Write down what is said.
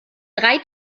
drei